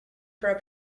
for